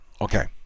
okay